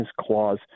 clause